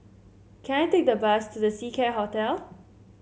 can I take the bus to The Seacare Hotel